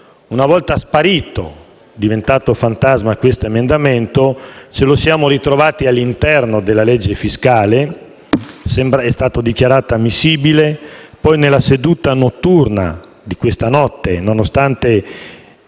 Una volta sparito, diventato fantasma questo emendamento, ce lo siamo ritrovato all'interno del disegno di legge fiscale. Sembra sia stato dichiarato ammissibile e poi, nella seduta notturna di ieri, nonostante